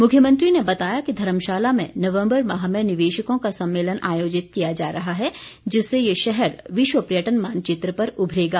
मुख्यमंत्री ने बताया कि धर्मशाला में नवम्बर माह में निवेशकों का सम्मेलन आयोजित किया जा रहा है जिससे ये शहर विश्व पर्यटन मानचित्र पर उभरेगा